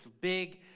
big